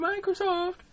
Microsoft